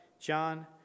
John